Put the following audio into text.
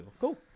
Cool